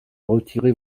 retirer